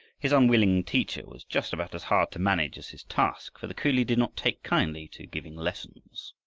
his unwilling teacher was just about as hard to manage as his task, for the coolie did not take kindly to giving lessons.